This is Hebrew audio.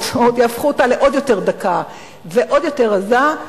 או יהפכו אותה לעוד יותר דקה ועוד יותר רזה,